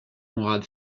conrad